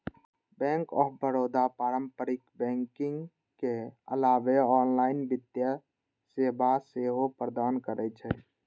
bank of Baroda पारंपरिक banking के अलावे ऑनलाइन वित्तीय सेवा सेहो प्रदान करै छै